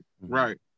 right